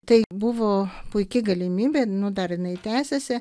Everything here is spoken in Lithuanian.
tai buvo puiki galimybė nu dar jinai tęsiasi